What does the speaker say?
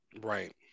Right